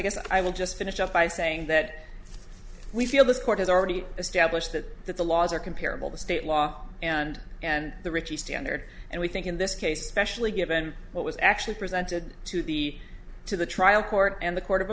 guess i will just finish up by saying that we feel this court has already established that that the laws are comparable to state law and and the ritchie standard and we think in this case specially given what was actually presented to the to the trial court and